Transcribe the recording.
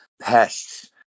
pests